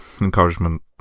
encouragement